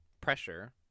pressure